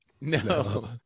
No